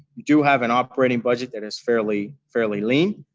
we do have an operating budget that is fairly fairly lean.